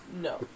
No